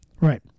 Right